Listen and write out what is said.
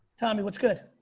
tommy what's good?